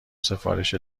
سفارش